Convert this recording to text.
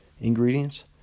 ingredients